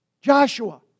Joshua